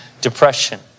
depression